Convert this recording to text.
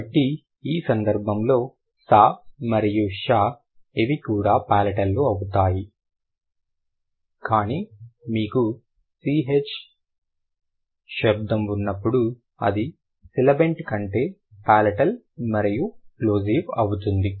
కాబట్టి ఈ సందర్భంలో స మరియు ష ఇవి కూడా పాలటల్ లు అవుతాయి కానీ మీకు ch శబ్దం ఉన్నప్పుడు అది సిబిలెంట్ కంటే పాలటాల్ మరియు ప్లోసివ్ అవుతుంది